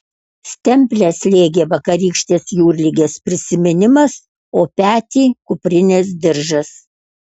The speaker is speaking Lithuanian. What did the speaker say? stemplę slėgė vakarykštės jūrligės prisiminimas o petį kuprinės diržas